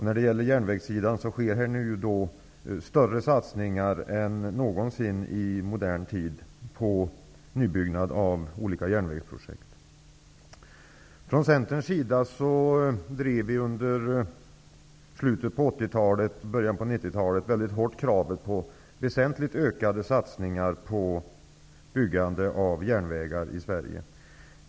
När det gäller järnvägen sker nu större satsningar än någonsin i modern tid på nybyggnad av olika järnvägsprojekt. Vi i Centern drev under slutet av 80-talet och början på 90-talet mycket hårt kravet på väsentligt ökade satsningar på byggande av järnvägar i Sverige.